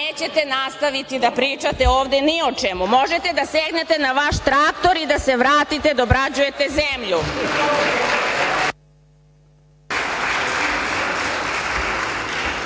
nećete nastaviti da pričate ovde ni o čemu. Možete da sednete na vaš traktor i da se vratite i da obrađujete